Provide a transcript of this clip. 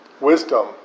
Wisdom